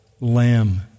lamb